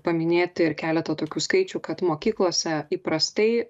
paminėti ir keletą tokių skaičių kad mokyklose įprastai